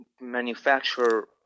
manufacture